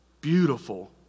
Beautiful